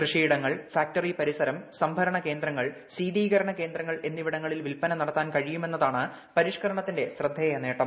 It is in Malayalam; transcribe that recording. കൃഷിയി ടങ്ങൾ ഫാക്ടറി പരിസരി സംഭരണ കേന്ദ്രങ്ങൾ ശീതീകരണ കേന്ദ്ര ങ്ങൾ എന്നിവിടങ്ങളിൽ വിൽപ്പന നടത്താൻ കഴിയുമെന്നതാണ് പരിഷ്കരണത്തിന്റെ ശ്രദ്ധേയ നേട്ടം